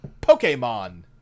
Pokemon